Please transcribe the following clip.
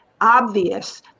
obvious